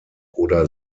oder